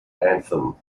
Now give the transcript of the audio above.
anthem